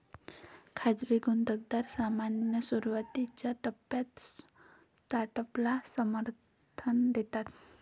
खाजगी गुंतवणूकदार सामान्यतः सुरुवातीच्या टप्प्यात स्टार्टअपला समर्थन देतात